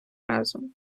разом